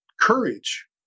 courage